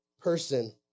person